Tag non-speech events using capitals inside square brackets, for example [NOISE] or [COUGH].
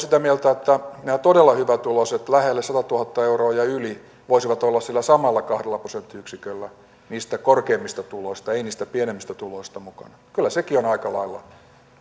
[UNINTELLIGIBLE] sitä mieltä että nämä todella hyvätuloiset tulot lähelle satatuhatta euroa ja yli voisivat olla sillä samalla kahdella prosenttiyksiköllä niistä korkeimmista tuloista ei niistä pienemmistä tuloista mukana kyllä sekin on aika lailla